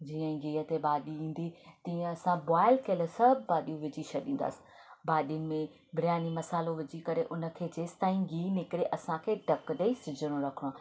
जीअं ई गीह ते भाॼी ईंदी तीअं असां बॉयल थियलु सभु भाॼियूं विझी छॾींदासी भाॼियुनि में बिरयानी मसाल्हो विझी करे उन खे जेसिताईं गीहु निकिरे असांखे ढकु ॾेई सिझणो रखिणो आहे